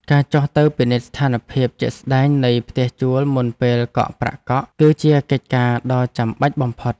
ការចុះទៅពិនិត្យស្ថានភាពជាក់ស្តែងនៃផ្ទះជួលមុនពេលកក់ប្រាក់កក់គឺជាកិច្ចការដ៏ចាំបាច់បំផុត។